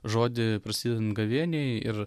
žodįprasidedant gavėniai ir